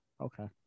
Okay